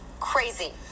crazy